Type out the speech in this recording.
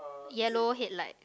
yellow headlight